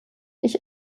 ich